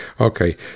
okay